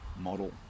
model